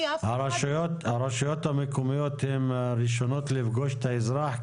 הרשויות המקומיות הן הראשונות לפגוש את האזרח,